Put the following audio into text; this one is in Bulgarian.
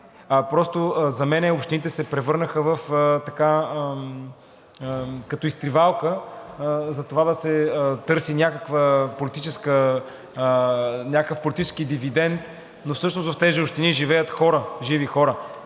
Просто за мен общините се превърнаха като изтривалка за това да се търси някакъв политически дивидент, но всъщност в тези общини живеят хора – живи хора,